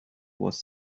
was